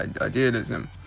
idealism